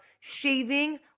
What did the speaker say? shaving